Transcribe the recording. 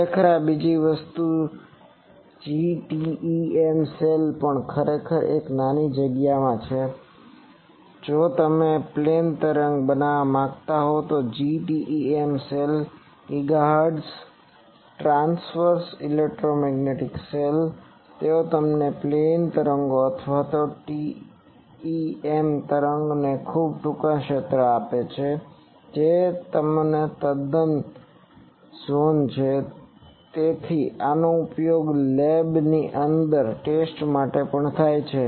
ખરેખર આ બીજી વસ્તુ GTEM સેલ પણ ખરેખર એક નાની જગ્યામાં છે જો તમે પ્લેન તરંગ બનાવવા માંગતા હો કે GTEM cell GHz transverse electromagnetic cell તેઓ તમને પ્લેન તરંગો અથવા ટીઈએમ તરંગોને ખૂબ ટૂંકા ક્ષેત્રમાં આપે છે જે તેમનો તદ્દન ઝોન છે તેથી આનો ઉપયોગ લેબની અંદર ટેસ્ટ માટે પણ થાય છે